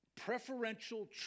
preferential